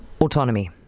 Autonomy